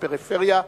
בפריפריה?